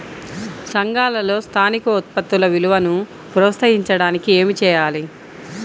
సంఘాలలో స్థానిక ఉత్పత్తుల విలువను ప్రోత్సహించడానికి ఏమి చేయాలి?